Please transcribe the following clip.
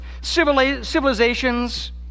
civilizations